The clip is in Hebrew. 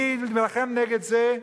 מי יילחם נגד זה?